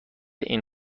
این